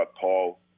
Paul